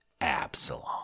Absalom